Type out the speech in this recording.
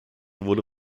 wurde